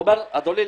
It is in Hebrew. הוא אומר: אדוני,